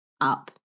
up